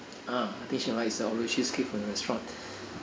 ah I think she'll like the Oreo cheesecake from your restaurant